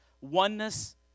oneness